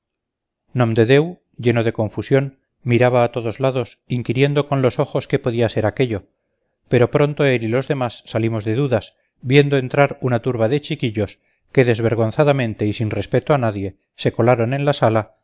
lleno de confusión miraba a todos lados inquiriendo con los ojos qué podía ser aquello pero pronto él y los demás salimos de dudas viendo entrar una turba de chiquillos que desvergonzadamente y sin respeto a nadie se colaron en la sala